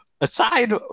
Aside